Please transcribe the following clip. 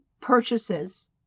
purchases